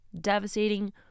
devastating